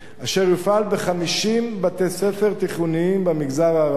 אשר יופעל ב-50 בתי-ספר תיכוניים במגזר הערבי.